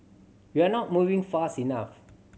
we are not moving fast enough